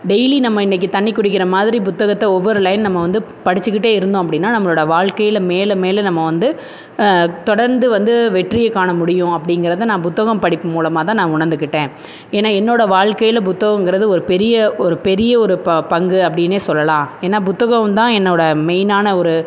daily நம்ம இன்றைக்கி தண்ணி குடிக்கிற மாதிரி புத்தகத்தை ஒவ்வொரு லைன் நம்ம வந்து படிச்சுக்கிட்டே இருந்தோம் அப்படின்னா நம்மளோடய வாழ்க்கைல மேலே மேலே நம்ம வந்து தொடர்ந்து வந்து வெற்றியைக்காண முடியும் அப்படிங்கிறத நான் புத்தகம் படிப்பு மூலமா தான் நான் உணர்ந்துக்கிட்டேன் ஏனால் என்னோடய வாழ்க்கைல புத்தகங்கறது ஒரு பெரிய ஒரு பெரிய ஒரு ப பங்கு அப்படின்னே சொல்லலாம் ஏனால் புத்தகமும் தான் என்னோடய மெயின்னான ஒரு